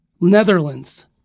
Netherlands